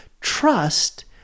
trust